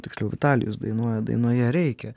tiksliau vitalijus dainuoja dainoje reikia